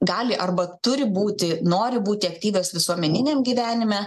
gali arba turi būti nori būti aktyvios visuomeniniam gyvenime